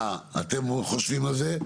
מה אתם חושבים על זה,